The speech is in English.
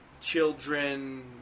children